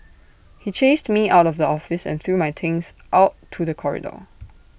he chased me out of the office and threw my things out to the corridor